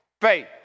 faith